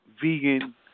Vegan